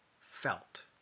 felt